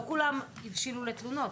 לא כולם הבשילו לתלונות.